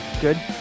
Good